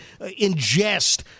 ingest